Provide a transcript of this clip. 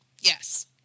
yes